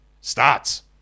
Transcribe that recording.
starts